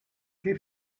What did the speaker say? che